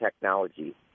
technology